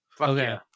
okay